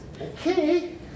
Okay